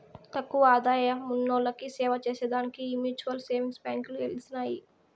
తక్కువ ఆదాయమున్నోల్లకి సేవచేసే దానికే ఈ మ్యూచువల్ సేవింగ్స్ బాంకీలు ఎలిసినాయి